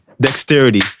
Dexterity